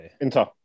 Inter